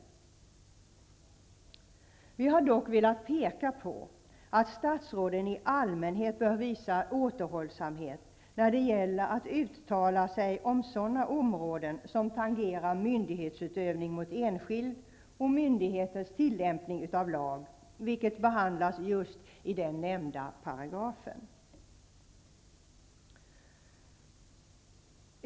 Utskottet har dock velat peka på att statsråden i allmänhet bör visa återhållsamhet när det gäller att uttala sig om sådana områden som tangerar myndighetsutövning mot enskild och myndighetens tillämpning av lag, vilket behandlas i just den nämnda paragrafen.